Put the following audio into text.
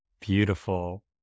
Beautiful